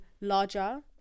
larger